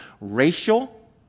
Racial